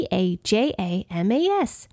Pajamas